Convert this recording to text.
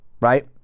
Right